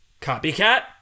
Copycat